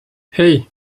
hey